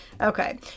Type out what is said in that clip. Okay